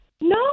No